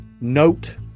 note